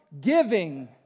giving